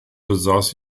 besaß